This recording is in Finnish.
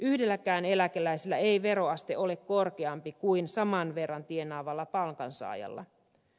yhdelläkään eläkeläisellä ei veroaste ole korkeampi kuin saman verran tienaavalla palkansaajalla